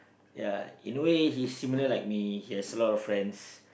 ya in a way he's similar like me he has lot of friends